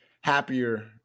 Happier